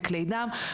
וכלי דם,